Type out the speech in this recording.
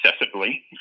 excessively